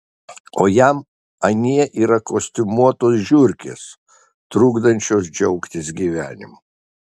o jam anie yra kostiumuotos žiurkės trukdančios džiaugtis gyvenimu